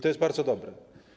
To jest bardzo dobre.